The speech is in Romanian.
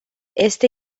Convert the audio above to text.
este